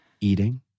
eating